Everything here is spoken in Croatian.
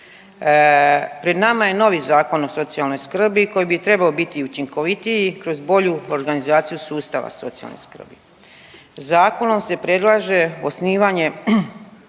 Pred nama je novi Zakon o socijalnoj skrbi koji bi trebao biti učinkovitiji kroz bolju organizaciju sustava socijalne skrbi. Zakonom se predlaže osnivanje